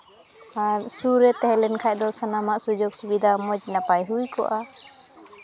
ᱟᱨ ᱥᱩᱨ ᱨᱮ ᱛᱟᱦᱮᱸ ᱞᱮᱱᱠᱷᱟᱡ ᱫᱚ ᱥᱟᱱᱟᱢᱟᱜ ᱥᱩᱡᱳᱜᱽ ᱥᱩᱵᱤᱫᱷᱟ ᱢᱚᱡᱽ ᱱᱟᱯᱟᱭ ᱦᱩᱭ ᱠᱚᱜᱼᱟ